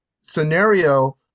scenario